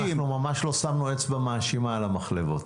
אנחנו ממש לא שמנו אצבע מאשימה על המחלבות.